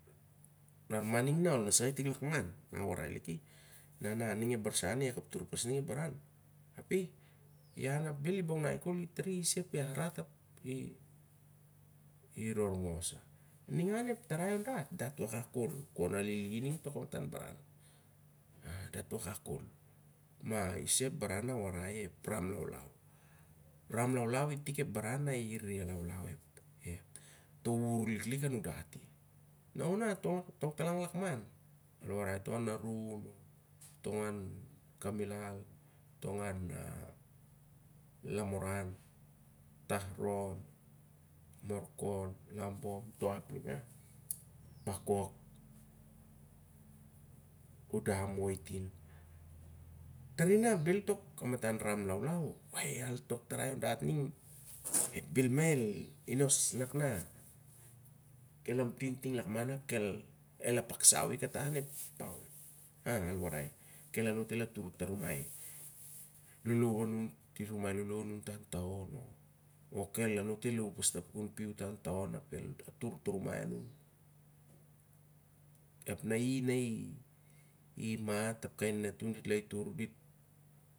Lar maning na onep sait ting lakman na warai liki na ning ep barsen na i kaptur pas ning ep baran. i an ap bel i bongnai kol ian ap el is sa epo yahrat ap i rorngo sa. Dat warkak kan ulili ining to mamarsun baran, ma i sa ep baran na a awarai lik ep ram laulau. I tik ep baran na i ulaulau to wuwur liklik anun dat i. A warai lar na tong an lakaman, tong an narum kamilal, lamoran, morkon. Lambom, bakok, udam, wetin. Tare lar na bel tok kamatan baran lar ning to baran el lamatin ting lakman ap el apaksai kata antuon. Elatur ti rumai lo'lou anun to antaon ap elatur toh rumai anun. Na i nai mat ap kai nanatun dit el laitur on to baran.